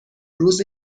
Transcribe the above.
روز